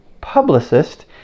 publicist